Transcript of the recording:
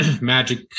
magic